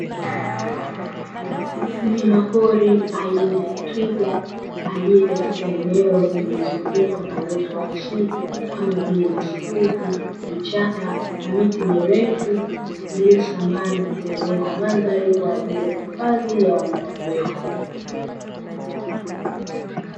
Mnyamapori aina ya twiga aliye katika eneo lililozungukwa na uoto wa asili kama vile nyasi fupi, vichaka na miti mirefu; iliyosambaa na kutengeneza mandhari kwa ajili ya hifadhi ya wanyamapori.